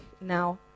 now